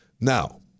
Now